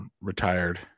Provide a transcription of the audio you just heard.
retired